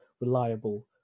reliable